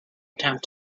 attempt